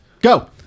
go